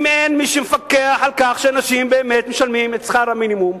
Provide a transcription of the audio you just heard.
אם אין מי שמפקח על כך שאנשים באמת משלמים את שכר המינימום,